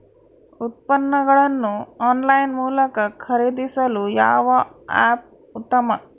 ಉತ್ಪನ್ನಗಳನ್ನು ಆನ್ಲೈನ್ ಮೂಲಕ ಖರೇದಿಸಲು ಯಾವ ಆ್ಯಪ್ ಉತ್ತಮ?